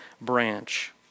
branch